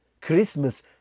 Christmas